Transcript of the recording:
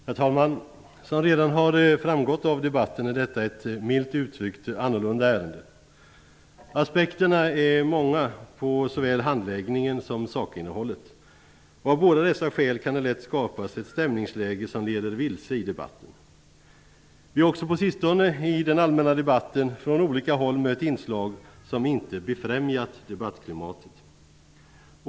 Herr talman! Som redan har framgått av debatten är detta ett milt uttryckt annorlunda ärende. Aspekterna är många på såväl handläggningen som sakinnehållet. Av båda dessa skäl kan det lätt skapas ett stämningsläge som leder vilse i debatten. I den allmänna debatten har vi också på sistone mött inslag från olika håll som inte befrämjar debattklimatet.